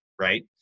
right